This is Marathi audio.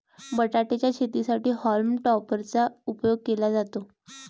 बटाटे च्या शेतीसाठी हॉल्म टॉपर चा उपयोग केला जातो